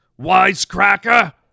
wisecracker